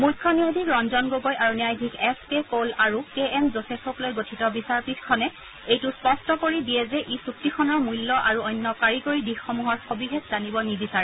মুখ্য ন্যায়াধীশ ৰঞ্জন গগৈ আৰু ন্যায়াধীশ এচ কে কৌল আৰু কে এম যোচেফক লৈ গঠিত বিচাৰপীঠখনে এইটো স্পষ্ট কৰি দিয়ে যে ই চুক্তিখনৰ মূল্য আৰু অন্য কাৰিকৰী দিশসমূহৰ সবিশেষ জানিব নিবিচাৰে